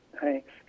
Thanks